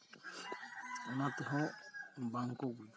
ᱚᱱᱟᱛᱮᱦᱚᱸ ᱵᱟᱝᱠᱚ ᱜᱩᱡᱩᱜᱼᱟ